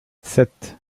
sept